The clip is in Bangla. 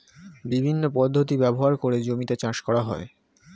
বিভিন্ন পদ্ধতি ব্যবহার করে জমিতে চাষ করা হয়